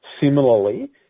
Similarly